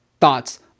thoughts